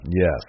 Yes